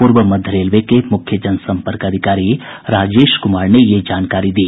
पूर्व मध्य रेलवे के मुख्य जनसंपर्क अधिकारी राजेश कुमार ने यह जानकारी दी